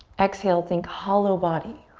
exhale, think hollow body,